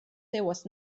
seues